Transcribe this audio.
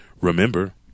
Remember